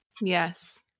Yes